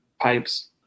pipes